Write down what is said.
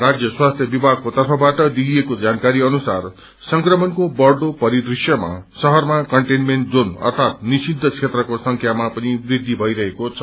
राज्य स्वास्थ्य विभागको तर्फबाट दिइएको जानकारी अनुसार संक्रमणको बढ़दो परिदृश्यमा शहरमा कन्टेनमेन्ट जोन अर्थात निषिद्ध क्षेत्रको संख्यामा वृद्धि भइरहेको छ